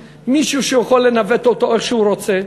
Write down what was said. מישהו שהוא יכול לנווט אותו איך שהוא רוצה,